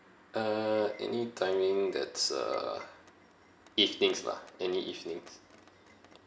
uh any timing that's uh evenings lah any evenings